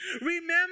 Remember